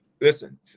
Listen